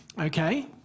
okay